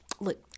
look